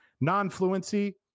non-fluency